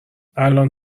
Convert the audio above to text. الان